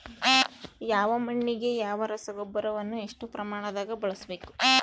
ಯಾವ ಮಣ್ಣಿಗೆ ಯಾವ ರಸಗೊಬ್ಬರವನ್ನು ಎಷ್ಟು ಪ್ರಮಾಣದಾಗ ಬಳಸ್ಬೇಕು?